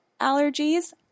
allergies